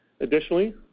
Additionally